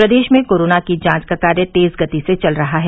प्रदेश में कोरोना की जांच का कार्य तेज गति से चल रहा है